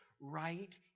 right